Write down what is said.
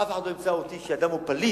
אף אחד לא ימצא אותי זורק אדם שהוא פליט